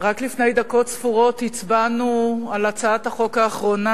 רק לפני דקות ספורות הצבענו על הצעת החוק האחרונה,